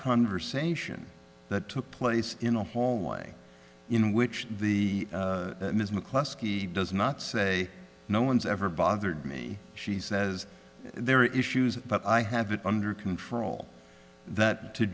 conversation that took place in a hallway in which the ms mccluskey does not say no one's ever bothered me she says there are issues but i have it under control that to